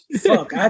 Fuck